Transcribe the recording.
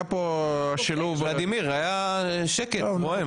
היה פה שילוב --- ולדימיר, היה שקט רועם.